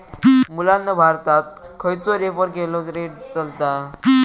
मुलांनो भारतात खयचो रेफर केलेलो रेट चलता?